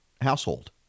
household